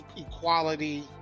equality